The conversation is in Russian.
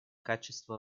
качество